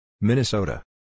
Minnesota